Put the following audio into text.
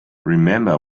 remember